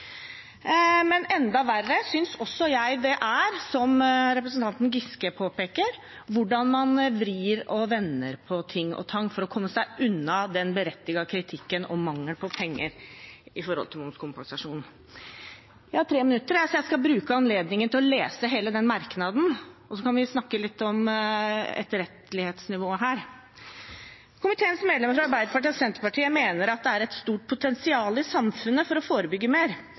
Enda verre synes også jeg det er, hvordan – som representanten Giske påpeker – man vrir og vender på ting og tang for å komme seg unna den berettigede kritikken om mangel på penger når det gjelder momskompensasjon. Jeg har 3 minutter, så jeg skal bruke anledningen til å lese hele denne merknaden – og så kan vi snakke litt om etterrettelighetsnivået her. «Komiteens medlemmer fra Arbeiderpartiet og Senterpartiet mener at det er et stort potensial i samfunnet for å forebygge mer.